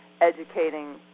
educating